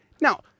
Now